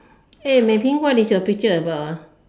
eh Mei-Ping is your picture about ah